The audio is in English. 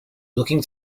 looking